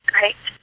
Great